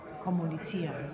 kommunizieren